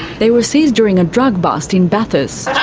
they were seized during a drug bust in bathurst.